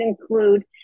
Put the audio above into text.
include